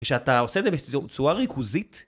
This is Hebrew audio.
ושאתה עושה את זה בצורה ריכוזית